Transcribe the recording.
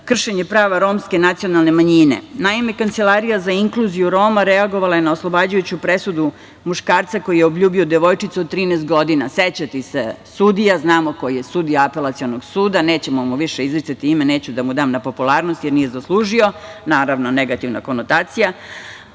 kršenje prava Romske nacionalne manjine. Naime, Kancelarija za inkluziju Roma reagovala je na oslobađajuću presudu muškarca koji je obljubio devojčicu od 13 godina. Znamo koji je sudija Apelacionog suda, nećemo mu više izricati ime, neću da mu dam na popularnosti, jer nije zaslužio, naravno, negativna konotacija.